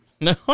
No